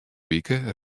wike